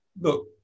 Look